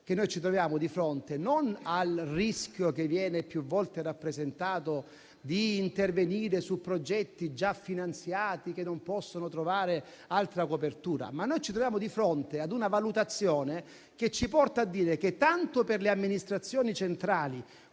che ci troviamo di fronte non al rischio, che viene più volte rappresentato, di intervenire su progetti già finanziati che non possono trovare altra copertura. Ci troviamo invece di fronte ad una valutazione che ci porta a dire che, tanto per le amministrazioni centrali,